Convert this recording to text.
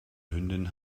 hündin